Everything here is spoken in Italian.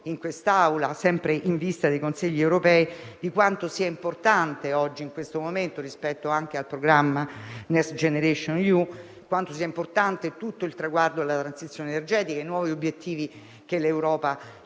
in questa Aula, sempre in vista dei Consigli europei, di quanto sia importante oggi, in questo momento, anche rispetto al programma Next generation EU, tutto il percorso verso la transizione energetica e i nuovi obiettivi che l'Europa